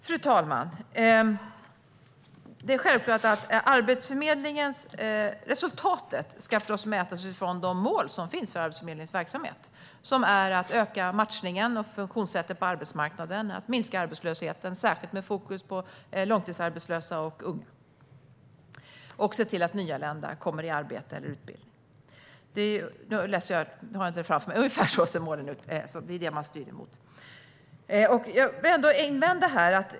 Fru talman! Det är självklart att Arbetsförmedlingens resultat ska mätas utifrån de mål som finns för Arbetsförmedlingens verksamhet. De är att öka matchningen och funktionssättet på arbetsmarknaden, att minska arbetslösheten, särskilt med fokus på långtidsarbetslösa och unga, och att se till att nyanlända kommer i arbete eller utbildning. Jag har dem inte framför mig nu, men ungefär så ser målen ut. Det är det man styr mot.